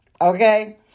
Okay